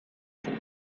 pooh